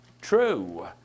true